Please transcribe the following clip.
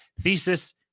thesis